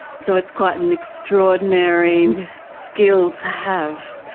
so it's quite an extraordinary skill to have.